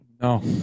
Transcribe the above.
No